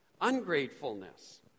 ungratefulness